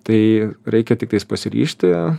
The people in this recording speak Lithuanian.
tai reikia tiktais pasiryžti